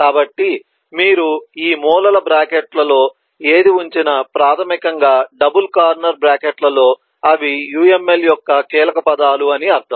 కాబట్టి మీరు ఈ మూలల బ్రాకెట్లలో ఏది ఉంచినా ప్రాథమికంగా డబుల్ కార్నర్ బ్రాకెట్లలో అవి UML యొక్క కీలకపదాలు అని అర్ధం